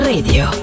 Radio